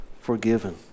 forgiven